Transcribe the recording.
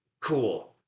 cool